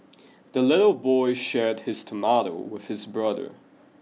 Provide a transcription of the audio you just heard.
the little boy shared his tomato with his brother